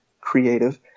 Creative